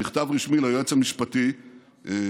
מכתב רשמי ליועץ המשפטי בזמנו,